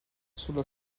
sullo